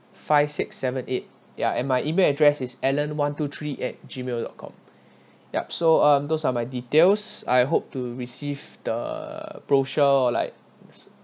five six seven eight ya and my E-mail address is alan one two three at Gmail dot com yup so um those are my details I hope to receive the brochure or like